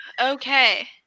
Okay